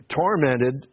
tormented